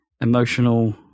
emotional